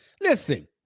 Listen